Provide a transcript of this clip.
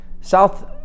South